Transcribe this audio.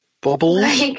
Bubbles